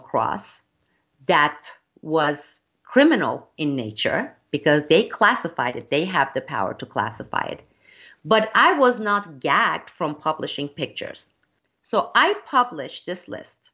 across that was criminal in nature because they classified it they have the power to classified but i was not gagged from publishing pictures so i published this list